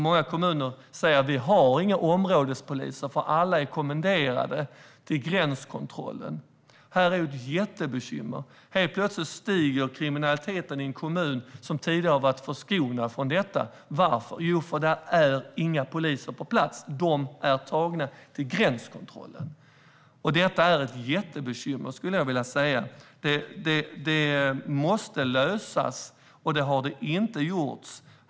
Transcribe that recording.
Många kommuner säger att de inte har några områdespoliser, eftersom alla är kommenderade till gränskontrollen. Det är ett jättebekymmer. Helt plötsligt ökar kriminaliteten i en kommun som tidigare har varit förskonad från sådan. Varför? Jo, därför att det inte är några poliser på plats. De har kommenderats till gränskontrollen. Detta är ett jättebekymmer, skulle jag vilja säga. Det måste lösas, och det har inte gjorts.